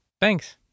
Thanks